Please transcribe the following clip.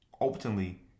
ultimately